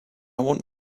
want